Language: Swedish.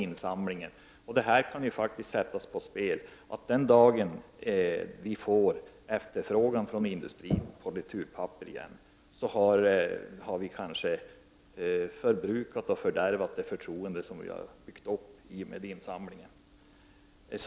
Insamlingen flyter bra. Detta kan faktiskt sättas på spel. Den dagen vi får efterfrågan på returpapper igen från industrin har vi kanske förbrukat och fördärvat det förtroende som vi har byggt upp i och med insamlingen.